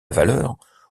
valeur